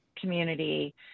community